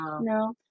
No